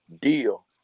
deal